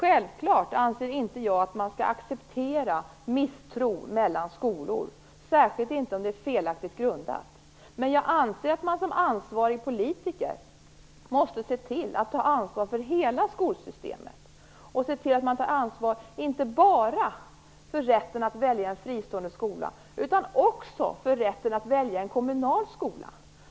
Jag anser självfallet inte att man skall acceptera misstro mellan skolor - särskilt inte om den är felaktigt grundad. Men jag anser att man som ansvarig politiker måste se till att ta ansvar för hela skolsystemet. Man måste se till att ta ansvar inte bara för rätten att välja en fristående skola, utan också för rätten att välja en kommunal skola.